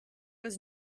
was